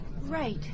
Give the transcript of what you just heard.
Right